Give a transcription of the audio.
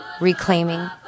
reclaiming